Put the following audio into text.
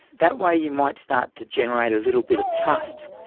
that way you might start to generate a little bit of trust,